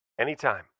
Anytime